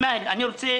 אני רוצה